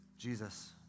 Jesus